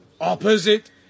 opposite